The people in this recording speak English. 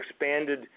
expanded